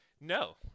No